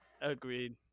agreed